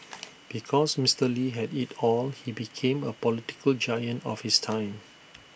because Mister lee had IT all he became A political giant of his time